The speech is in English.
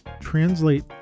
translate